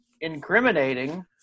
incriminating